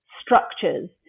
structures